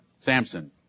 Samson